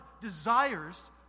desires